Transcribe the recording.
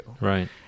Right